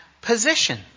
position